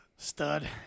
Stud